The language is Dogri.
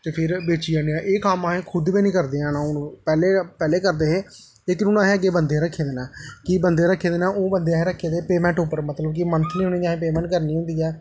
ते फिर बेची आने आं एह् कम्म असें खुद बी निं करदे हैन पैह्लें पैहलें करदे हे लेकिन हून असें अग्गें बंदे रक्खे दे न कि बंदे रक्खे दे न ओह् बंदे असें रक्खे दे न पेमैंट उप्पर मतलब कि मंथली उ'नेंगी असें पेमैंट करनी होंदी ऐ